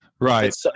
Right